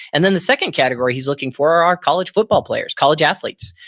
and then the second category he's looking for are college football players, college athletes.